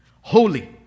holy